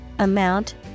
Amount